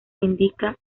indica